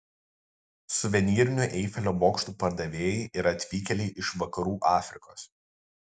suvenyrinių eifelio bokštų pardavėjai yra atvykėliai iš vakarų afrikos